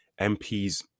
MPs